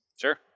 Sure